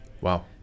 Wow